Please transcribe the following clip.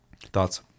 thoughts